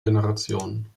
generationen